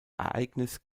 ereignis